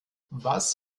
was